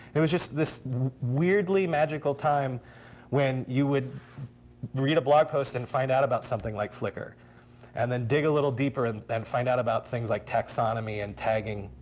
it was just this weirdly magical time when you would read a blog post and find out about something like flickr and then dig a little deeper and then find out about things like taxonomy and tagging.